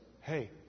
Hey